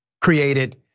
created